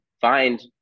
find